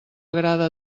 agrada